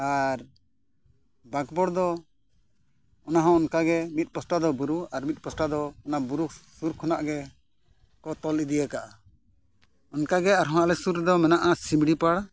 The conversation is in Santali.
ᱟᱨ ᱵᱟᱸᱠᱵᱚᱲ ᱫᱚ ᱚᱱᱟᱦᱚᱸ ᱚᱱᱠᱟᱜᱮ ᱢᱤᱫ ᱯᱟᱥᱴᱟ ᱫᱚ ᱵᱩᱨᱩ ᱟᱨ ᱢᱤᱫ ᱯᱟᱥᱴᱟ ᱫᱚ ᱚᱱᱟ ᱵᱩᱨᱩ ᱥᱩᱨ ᱠᱷᱚᱱᱟᱜ ᱜᱮᱠᱚ ᱛᱚᱞ ᱤᱫᱤ ᱟᱠᱟᱫᱼᱟ ᱚᱱᱠᱟᱜᱮ ᱟᱨᱦᱚᱸ ᱟᱞᱮ ᱥᱩᱨ ᱨᱮᱫᱚ ᱢᱮᱱᱟᱜᱼᱟ ᱥᱤᱢᱞᱤᱯᱟᱞ